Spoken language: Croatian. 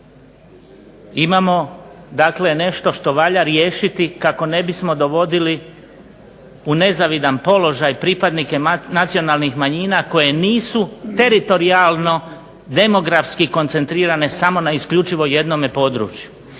dakle nešto što valja riješiti kako ne bismo dovodili u nepovoljan položaj pripadnike nacionalnih manjina koji nisu teritorijalno, demografski koncentrirano samo isključivo jednom području.